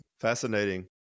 Fascinating